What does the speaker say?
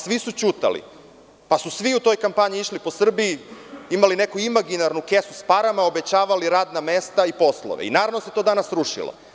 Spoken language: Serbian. Svi su ćutali, pa su svi u toj kampanji su išli po Srbiji, imali neku imaginarnu kesu s parama, obećavali radna mesta i poslove i naravno da se to danas srušilo.